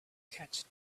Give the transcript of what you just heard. catch